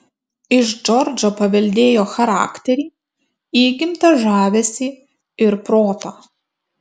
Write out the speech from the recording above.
iš džordžo paveldėjo charakterį įgimtą žavesį ir protą